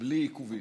בלי עיכובים.